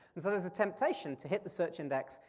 and so there's a temptation to hit the search index,